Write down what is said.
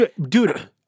Dude